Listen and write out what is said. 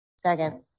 Second